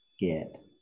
get